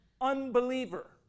unbeliever